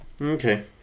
Okay